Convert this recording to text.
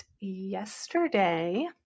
yesterday